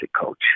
coach